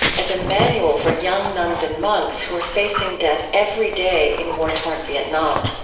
as a manual for young nuns and monks who were facing death every day in war-torn vietnam.